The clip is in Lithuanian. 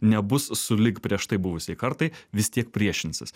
nebus sulig prieš tai buvusiai kartai vis tiek priešinsis